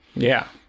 yeah.